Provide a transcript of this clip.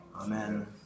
Amen